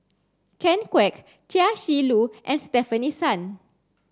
Ken Kwek Chia Shi Lu and Stefanie Sun